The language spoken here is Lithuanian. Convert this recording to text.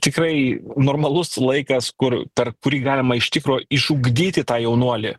tikrai normalus laikas kur per kurį galima iš tikro išugdyti tą jaunuolį